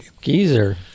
geezer